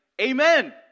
amen